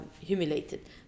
humiliated